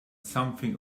something